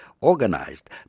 organized